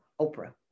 Oprah